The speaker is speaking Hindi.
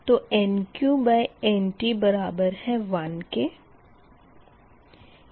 तो NqNt बराबर 1 है